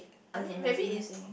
I mean maybe is